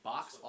Box